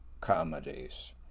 comedies